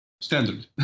standard